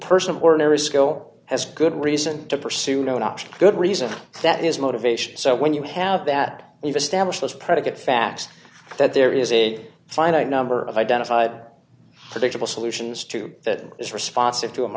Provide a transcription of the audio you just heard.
person of ordinary skill has good reason to pursue no not good reason that is motivation so when you have that we've established those predicate facts that there is a finite number of identified predictable solutions to that is responsive to